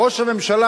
ראש הממשלה,